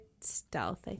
stealth